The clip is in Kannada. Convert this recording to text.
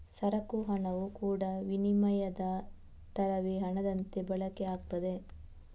ಸರಕು ಹಣವು ಕೂಡಾ ವಿನಿಮಯದ ತರವೇ ಹಣದಂತೆ ಬಳಕೆ ಆಗ್ತದೆ